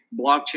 blockchain